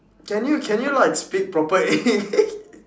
can you can you like speak proper english